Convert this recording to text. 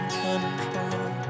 control